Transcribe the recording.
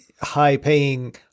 high-paying